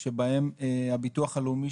בהם הביטוח הלאומי,